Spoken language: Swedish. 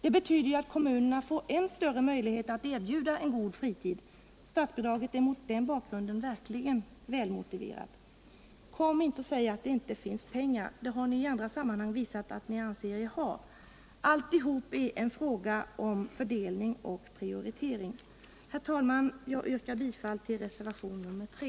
Det betyder ju att kommunerna får än större svårigheter att erbjuda en god fritid. Statsbidraget är mot denna bakgrund verkligen välmotiverat. Kom inte och säg att det inte finns pengar. Det har ni i andra sammanhang visat att ni anser er ha. Alltihopa är en fråga om fördelning och prioritering. Herr talman! Jag yrkar bifall till reservationen 3.